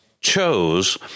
chose